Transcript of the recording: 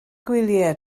gwyliau